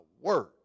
word